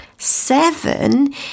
Seven